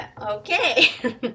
Okay